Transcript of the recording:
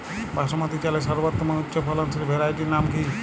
বাসমতী চালের সর্বোত্তম উচ্চ ফলনশীল ভ্যারাইটির নাম কি?